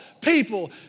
people